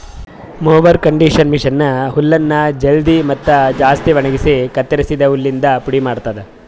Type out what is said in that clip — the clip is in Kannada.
ಮೊವೆರ್ ಕಂಡಿಷನರ್ ಮಷೀನ್ ಹುಲ್ಲನ್ನು ಜಲ್ದಿ ಮತ್ತ ಜಾಸ್ತಿ ಒಣಗುಸಿ ಕತ್ತುರಸಿದ ಹುಲ್ಲಿಂದ ಪುಡಿ ಮಾಡ್ತುದ